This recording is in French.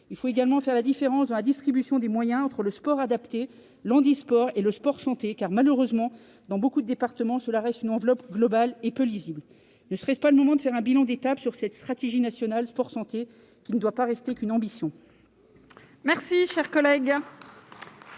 Il faut également faire la différence dans la distribution des moyens entre le sport adapté, le handisport et le sport-santé. En effet, dans beaucoup de départements, cela reste malheureusement une enveloppe globale et peu lisible. Ne serait-ce pas le moment de dresser un bilan d'étape sur cette stratégie nationale sport-santé, qui ne doit pas rester qu'une ambition ? La discussion